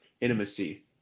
intimacy